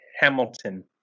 Hamilton